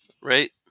Right